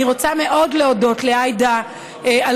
אני רוצה להודות מאוד לעאידה על